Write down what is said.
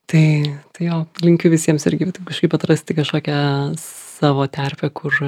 tai tai jo linkiu visiems irgi taip kažkaip atrasti kažkokią savo terpę kur